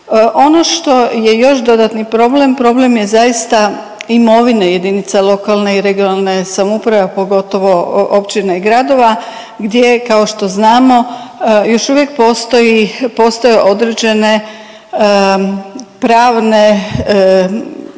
Ono što je još dodatni problem, problem je zaista imovine jedinica lokalne i regionalne samouprave, a pogotovo općine i gradova gdje kao što znamo još uvijek postoji, postoje određene pravne